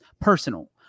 personal